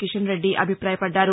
Kishan Reddy అభిపాయపడ్డారు